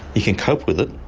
you can cope with it